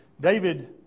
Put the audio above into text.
David